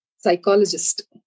psychologist